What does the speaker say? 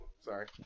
Sorry